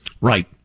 Right